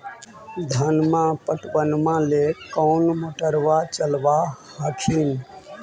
धनमा पटबनमा ले कौन मोटरबा चलाबा हखिन?